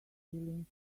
feelings